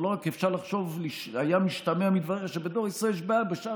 היה משתמע מדבריך שבדואר ישראל יש בעיה ובשאר